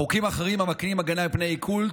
בחוקים אחרים המקנים הגנה מפני עיקול,